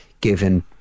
given